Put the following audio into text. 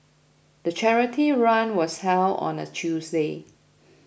the charity run was held on a Tuesday